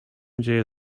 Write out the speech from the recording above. dzieje